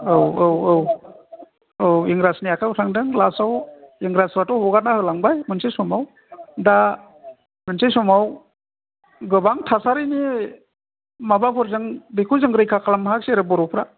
औ औ औ इंराजनि आखाइयाव थांदों लास्टआव इंराजफ्राथ' हगारना होलांबाय मोनसे समाव दा मोनसे समाव गोबां थासारिनि माबाफोरजों बेखौ जों रैखा खालामनो हायासै आरो बर'फ्रा